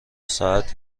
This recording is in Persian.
ساعت